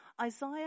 Isaiah